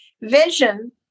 vision